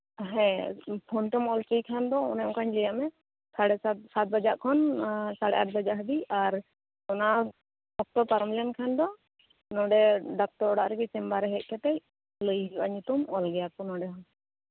ᱦᱮᱸ ᱯᱷᱳᱱ ᱛᱮᱢ ᱚᱞ ᱦᱚᱪᱚᱭ ᱠᱷᱟᱱ ᱚᱱᱮ ᱚᱱᱠᱟᱧ ᱞᱟᱹᱭ ᱟᱜ ᱢᱮ ᱥᱟᱲᱮ ᱥᱟᱛ ᱵᱟᱡᱟᱜ ᱠᱷᱚᱱ ᱟᱲᱮ ᱟᱴ ᱵᱟᱡᱟᱜ ᱦᱟᱹᱵᱤᱡ ᱟᱨ ᱚᱱᱟ ᱚᱠᱛᱚ ᱯᱟᱨᱚᱢ ᱞᱮᱱᱠᱷᱟᱱ ᱫᱚ ᱱᱚᱰᱮ ᱰᱟᱠᱛᱚᱨ ᱚᱲᱟᱜ ᱨᱮᱜᱮ ᱪᱮᱢᱵᱟᱨᱮ ᱦᱮᱡ ᱠᱟᱛᱮᱜ ᱞᱟᱹᱭ ᱦᱩᱭᱩᱜᱼᱟ ᱧᱩᱛᱩᱢ ᱚᱞ ᱜᱮᱭᱟ ᱠᱚ ᱱᱚᱰᱮ